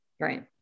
Right